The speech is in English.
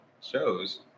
shows